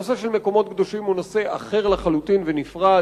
הנושא של מקומות קדושים הוא נושא אחר לחלוטין ונפרד,